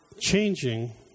changing